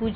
0